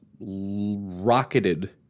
rocketed